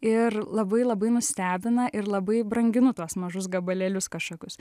ir labai labai nustebina ir labai branginu tuos mažus gabalėlius kažkokius